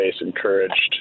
encouraged